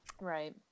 right